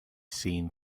seen